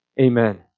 Amen